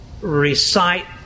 recite